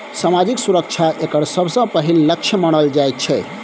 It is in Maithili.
सामाजिक सुरक्षा एकर सबसँ पहिल लक्ष्य मानल जाइत छै